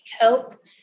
help